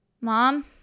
Mom